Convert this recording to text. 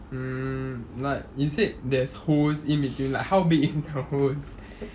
mm but you said there's holes in between like how big is the holes